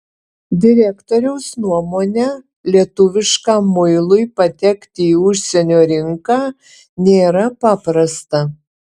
direktoriaus nuomone lietuviškam muilui patekti į užsienio rinką nėra paprasta